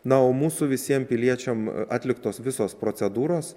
na o mūsų visiem piliečiam atliktos visos procedūros